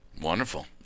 Wonderful